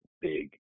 big